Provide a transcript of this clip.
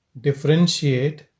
differentiate